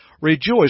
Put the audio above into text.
Rejoice